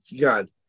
God